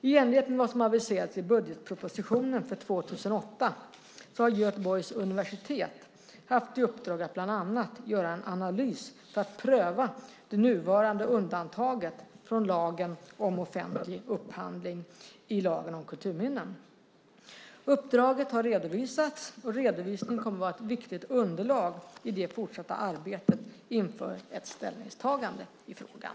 I enlighet med vad som aviserades i budgetpropositionen för 2008 har Göteborgs universitet haft i uppdrag att bland annat göra en analys för att pröva det nuvarande undantaget från lagen om offentlig upphandling i lagen om kulturminnen. Uppdraget har redovisats, och redovisningen kommer att vara ett viktigt underlag i det fortsatta arbetet inför ett ställningstagande i frågan.